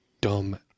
dumb